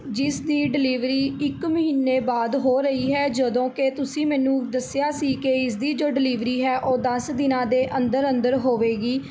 ਜਿਸ ਦੀ ਡਿਲੀਵਰੀ ਇੱਕ ਮਹੀਨੇ ਬਾਅਦ ਹੋ ਰਹੀ ਹੈ ਜਦੋਂ ਕਿ ਤੁਸੀਂ ਮੈਨੂੰ ਦੱਸਿਆ ਸੀ ਕਿ ਇਸਦੀ ਜੋ ਡਿਲੀਵਰੀ ਹੈ ਉਹ ਦਸ ਦਿਨਾਂ ਦੇ ਅੰਦਰ ਅੰਦਰ ਹੋਵੇਗੀ